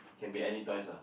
can be any toys lah